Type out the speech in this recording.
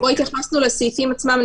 -- כי לא התייחסנו לסעיפים עצמם.